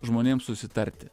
žmonėm susitarti